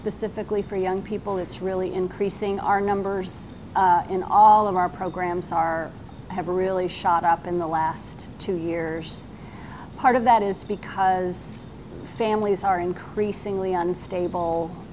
specifically for young people it's really increasing our numbers in all of our programs are have a really shot up in the last two years part of that is because families are increasingly unstable